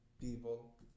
people